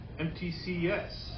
MTCS